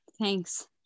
Thanks